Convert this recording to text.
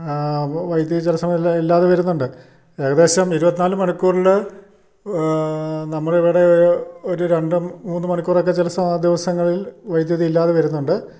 വൈദ്യുതി ചില സമയങ്ങളിൽ ഇല്ലാതെ വരുന്നുണ്ട് ഏകദേശം ഇരുപത്തിനാല് മണിക്കൂറില് നമ്മുടെ ഇവിടെ ഒരു രണ്ടും മൂന്ന് മണിക്കൂറൊക്കെ ചില ദിവസങ്ങളിൽ വൈദ്യുതി ഇല്ലാതെ വരുന്നുണ്ട്